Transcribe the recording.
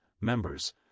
members